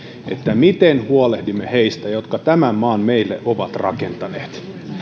miten huolehdimme heistä jotka tämän maan meille ovat rakentaneet